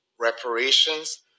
reparations